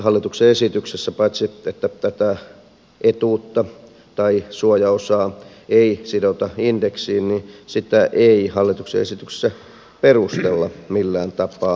hallituksen esityksessä ihmetyttää että paitsi että tätä etuutta tai suojaosaa ei sidota indeksiin niin sitä ei hallituksen esityksessä perustella millään tapaa